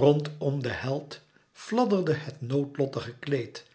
rondom den held fladderde het noodlottige kleed